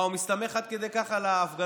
מה, הוא מסתמך עד כדי כך על ההפגנות?